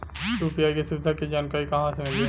UPI के सुविधा के जानकारी कहवा से मिली?